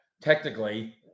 Technically